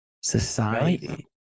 society